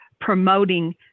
promoting